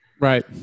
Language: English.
Right